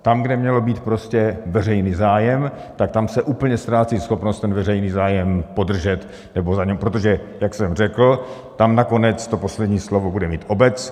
Tam, kde měl být veřejný zájem, tak tam se úplně ztrácí schopnost ten veřejný zájem podržet, protože, jak jsem řekl, tam nakonec poslední slovo bude mít obec.